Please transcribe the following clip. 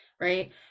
right